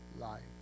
life